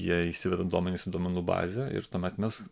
jie įsiveda duomenis į duomenų bazę ir tuomet mes